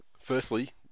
Firstly